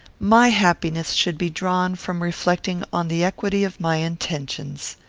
my happiness should be drawn from reflecting on the equity of my intentions.